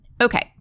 Okay